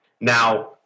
Now